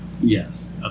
Yes